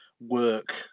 work